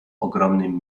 ogromnym